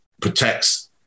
protects